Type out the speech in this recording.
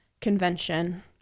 convention